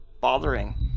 bothering